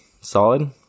Solid